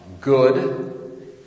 good